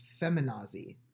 feminazi